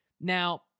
Now